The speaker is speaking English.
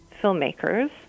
filmmakers